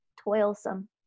toilsome